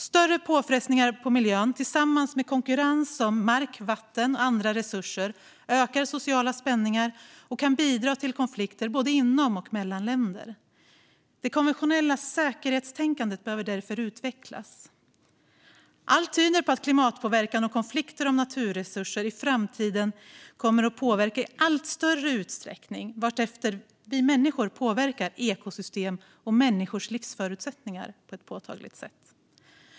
Större påfrestningar på miljön tillsammans med konkurrens om mark, vatten och andra resurser ökar sociala spänningar och kan bidra till konflikter både inom och mellan länder. Det konventionella säkerhetstänkandet behöver därför utvecklas. Allt tyder på att klimatpåverkan och konflikter om naturresurser i framtiden i allt större utsträckning kommer att påverka både ekosystem och människors livsförutsättningar på ett påtagligt sätt.